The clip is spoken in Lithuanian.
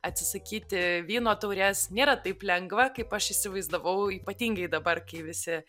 atsisakyti vyno taurės nėra taip lengva kaip aš įsivaizdavau ypatingai dabar kai visi